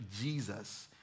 Jesus